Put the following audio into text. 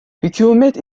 hükümet